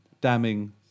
damning